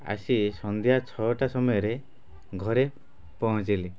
ଆସି ସନ୍ଧ୍ୟା ଛଅଟା ସମୟରେ ଘରେ ପହଞ୍ଚିଲି